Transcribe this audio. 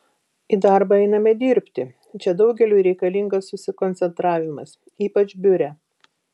į darbą einame dirbti čia daugeliui reikalingas susikoncentravimas ypač biure